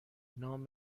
نام